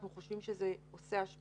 אנחנו חושבים שזה עושה השפעה.